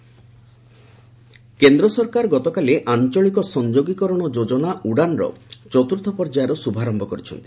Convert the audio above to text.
ଉଡ଼ାନ୍ କେନ୍ଦ୍ର ସରକାର ଗତକାଲି ଆଞ୍ଚଳିକ ସଂଯୋଗୀକରଣ ଯୋଜନା 'ଉଡ଼ାନ'ର ଚତୁର୍ଥ ପର୍ଯ୍ୟାୟର ଶୁଭାରମ୍ଭ କରିଛନ୍ତି